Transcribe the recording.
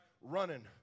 running